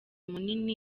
munini